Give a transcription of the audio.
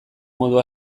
modu